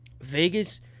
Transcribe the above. Vegas